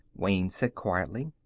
wayne said quietly.